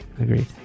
Agreed